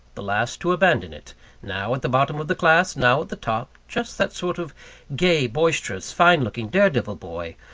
the last to abandon it now at the bottom of the class, now at the top just that sort of gay, boisterous, fine-looking, dare-devil boy,